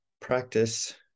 practice